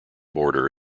border